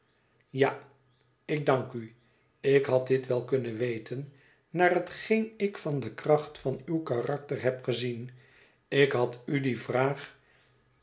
ja ik dank u ik had dit wel kunnen weten naar hetgeen ik van de kracht van uw karakter heb gezien ik had u die vraag